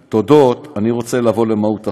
התודות, אני רוצה לעבור למהות החוק.